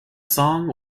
song